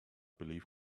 believe